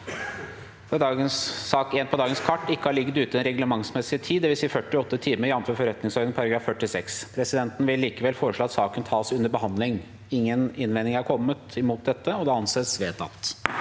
sak nr. 1 på dagens kart ikke har ligget ute i reglementsmessig tid, dvs. 48 timer, jf. forretningsordenen § 46. Presidenten vil likevel foreslå at saken tas under behandling. Ingen innvending har kommet mot dette. – Det anses vedtatt.